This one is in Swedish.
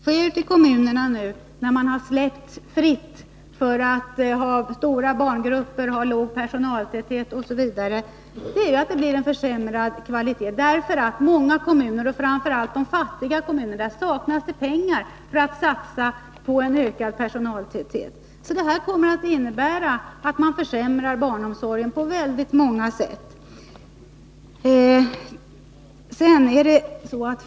Herr talman! Vad som sker ute i kommunerna när man nu har släppt fritt för att ha stora barngrupper och låg personaltäthet osv. är att kvaliteten försämras. I många kommuner — framför allt de fattiga kommunerna — saknas det pengar för att satsa på ökad personaltäthet. Det blir alltså en försämring av barnomsorgen på väldigt många sätt.